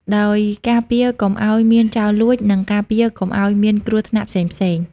ដោយការពារកុំអោយមានចោរលួច និងការពារកុំអោយមានគ្រោះថ្នាក់ផ្សេងៗ។